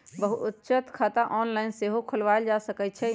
बचत खता ऑनलाइन सेहो खोलवायल जा सकइ छइ